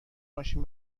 ماشین